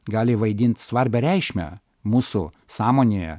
gali vaidint svarbią reikšmę mūsų sąmonėje